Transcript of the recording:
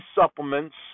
supplements